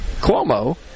Cuomo